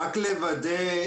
רק לוודא.